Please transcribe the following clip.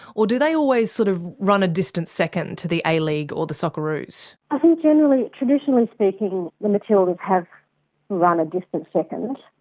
or do they always sort of run a distant second to the a-league or the socceroos? i think generally, traditionally speaking the matildas have run a distant second,